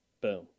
Boom